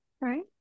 Right